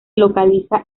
localiza